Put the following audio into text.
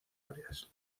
varias